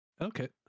okay